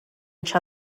each